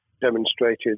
demonstrated